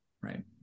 right